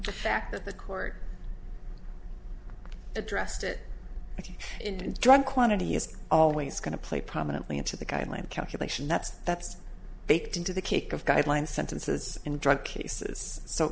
the fact that the court addressed it i think in drug quantity is always going to play prominently into the guideline calculation that's that's baked into the cake of guideline sentences in drug cases so